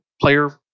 player